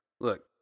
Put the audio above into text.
Look